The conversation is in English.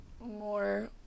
more